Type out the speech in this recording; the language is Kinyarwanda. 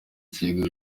kigega